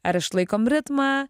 ar išlaikom ritmą